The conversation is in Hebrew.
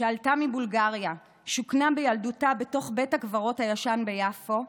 שעלתה מבולגריה ושוכנה בילדותה בתוך בית הקברות הישן ביפו,